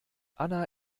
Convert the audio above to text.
anna